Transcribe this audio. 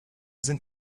sind